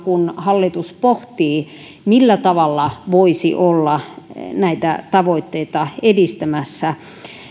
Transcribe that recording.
kun hallitus pohtii millä tavalla voisi olla näitä tavoitteita edistämässä